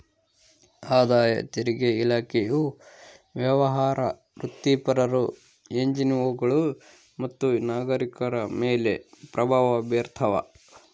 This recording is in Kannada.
ಆದಾಯ ತೆರಿಗೆ ಇಲಾಖೆಯು ವ್ಯವಹಾರ ವೃತ್ತಿಪರರು ಎನ್ಜಿಒಗಳು ಮತ್ತು ನಾಗರಿಕರ ಮೇಲೆ ಪ್ರಭಾವ ಬೀರ್ತಾವ